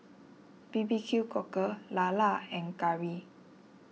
B B Q Cockle Lala and Curry